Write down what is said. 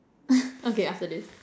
okay after this